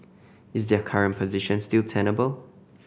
is their current position still tenable